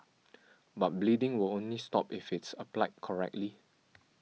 but bleeding will only stop if it's applied correctly